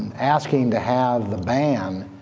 asking to have the ban,